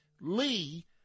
Lee